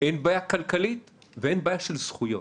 אין בעיה כלכלית ואין בעיה של זכויות.